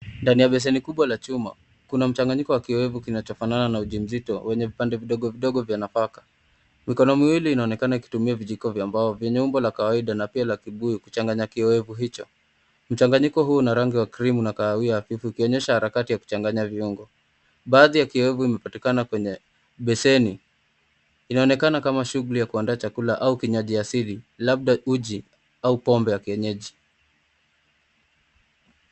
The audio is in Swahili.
Ndani ya beseni kubwa la chuma, kuna mchanganyiko wa kioevu kinachofanana na uji mzito wenye pande ndogo ndogo vya fanaka. Mikono mimwili inaoanekana ikitumia vijiko vya mbao vyenye umbo la kawaida na pia la kibuyu kuchanganya kioevu hicho. Mchanganyiko kwa una rangi ya krimu na kahawia hafifu ikienyesha harakati ya kuchanganya viyongo. Baadhi ya kioevu inapatikana kwenye beseni. Inonekana kama shughuli ya kuunda chakula au kinyaji asili labda uji au pombe ya kinyaji.